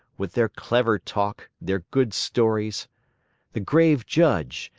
with their clever talk, their good stories the grave judge,